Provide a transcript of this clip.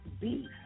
beef